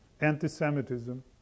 Anti-Semitism